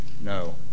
No